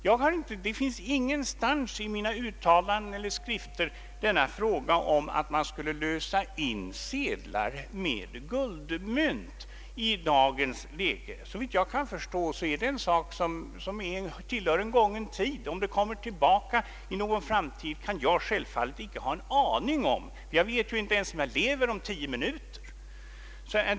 Jag har varken i uttalanden eller skrifter föreslagit att man skulle lösa in sedlar med guldmynt i dagens läge. Såvitt jag kan förstå tillhör detta en gången tid. Jag kan självfallet inte ha en aning om det kommer tillbaka i en framtid. Jag vet ju inte ens om jag lever om tio minuter.